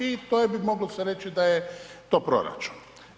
I to je, bi moglo se reći da je to proračun.